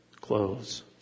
clothes